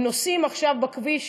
הם נוסעים עכשיו בכביש,